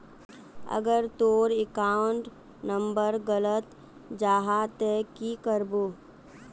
अगर तोर account number गलत जाहा ते की करबो?